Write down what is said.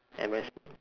and